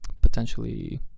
potentially